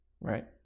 right